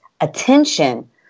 attention